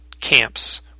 camps